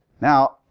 Now